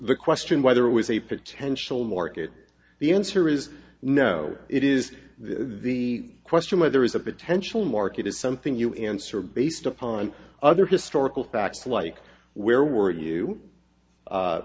the question whether it was a potential market the answer is no it is the question whether is a potential market is something you answer based upon other historical facts like where were you